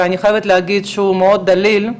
ואני חייבת להגיד שהוא מאוד דליל,